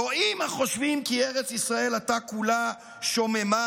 טועים החושבים כי ארץ ישראל עתה "כולה שוממה,